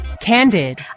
Candid